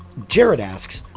jared asks,